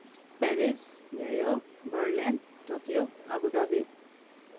Paris New York Berlin Tokyo Abu Dhabi